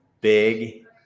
big